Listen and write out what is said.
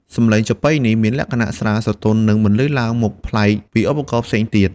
សម្លេងចាបុីនេះមានលក្ខណៈស្រាល ស្រទន់ និងបន្លឺឡើងខុសប្លែកពីឧបករណ៍ផ្សេងទៀត។